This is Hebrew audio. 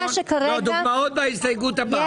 דוגמאות בהסתייגות הבאה.